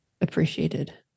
appreciated